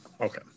Okay